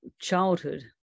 childhood